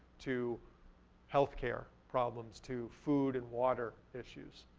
to healthcare problems, to food and water issues.